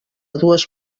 dues